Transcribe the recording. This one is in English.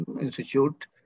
institute